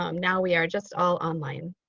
um now we are just all online.